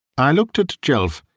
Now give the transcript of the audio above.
i looked at jelf.